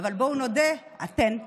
אבל בואו נודה: אתן צבועות.